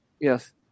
Yes